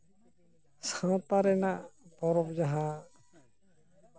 ᱥᱟᱶᱛᱟ ᱨᱮᱱᱟᱜ ᱯᱚᱨᱚᱵᱽ ᱡᱟᱦᱟᱸ